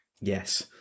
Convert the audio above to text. Yes